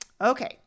Okay